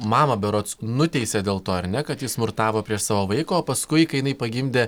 mamą berods nuteisė dėl to ar ne kad ji smurtavo prieš savo vaiko o paskui kai jinai pagimdė